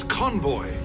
convoy